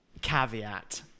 caveat